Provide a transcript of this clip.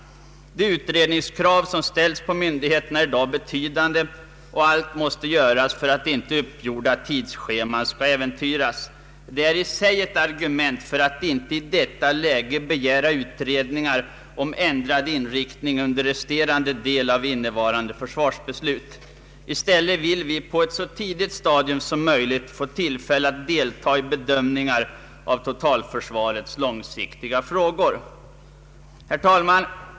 De utredningskrav som ställs på myndigheterna är i dag betydande, och allt måste göras för att inte uppgjorda tidsscheman skall äventyras. Det är i sig ett argument för att inte i detta läge begära utredningar om ändrad inriktning under resterande del av innevarande försvarsbeslut. I stället vill vi på ett så tidigt stadium som möjligt få tillfälle att deltaga i bedömningar av totalförsvarets långsiktiga frågor. Herr talman!